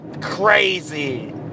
crazy